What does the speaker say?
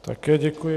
Také děkuji.